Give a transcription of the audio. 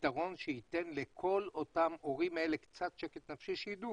פתרון שייתן לכל אותם הורים אלה קצת שקט נפשי שידעו,